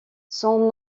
son